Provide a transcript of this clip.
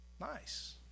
Nice